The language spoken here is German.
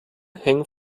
hängen